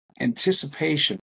Anticipation